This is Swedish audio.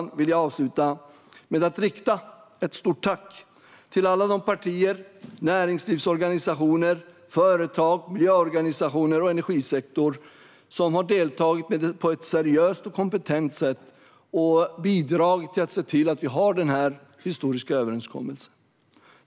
Därför vill jag avsluta med att rikta ett stort tack till alla de partier, näringslivsorganisationer, företag, miljöorganisationer och energisektorer som har deltagit på ett seriöst och kompetent sätt och bidragit till att se till att vi har denna historiska överenskommelse.